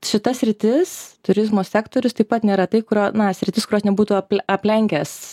šita sritis turizmo sektorius taip pat neretai kurio na sritis kurios nebūtų aplenkęs